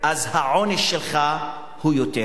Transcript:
אז העונש שלך הוא יותר.